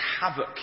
havoc